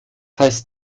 heißt